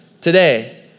today